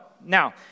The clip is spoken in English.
Now